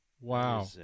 Wow